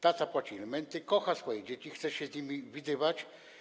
Tata płaci alimenty, kocha swoje dzieci, chce się z nimi widywać.